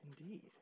Indeed